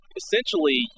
essentially